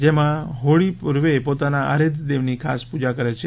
જેમાહોળી પર્વે પોતાના આરાધ્યદેવની ખાસ પૂજા કરે છે